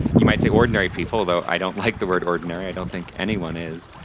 you might say ordinary people, although i don't like the word ordinary, i don't think anyone is.